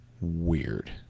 weird